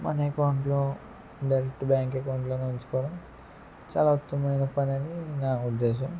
మన అకౌంట్లో direct bank అకౌంట్లోనో ఉంచుకోవడం చాలా ఉత్తమమైన పని అని నా ఉదేశం